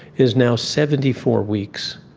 is now seventy four weeks.